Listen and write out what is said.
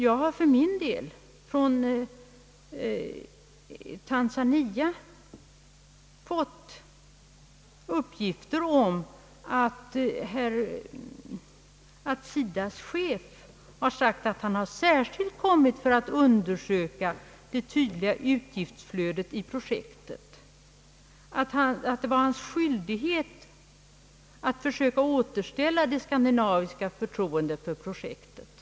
Jag har från Tanzania fått uppgifter om att SIDA:s chef har sagt att han reste ner för att särskilt undersöka det tydliga utgiftsflödet i projektet och att det var hans skyldighet att försöka återställa det skandinaviska förtroendet för projektet.